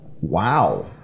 Wow